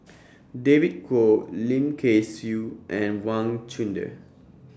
David Kwo Lim Kay Siu and Wang Chunde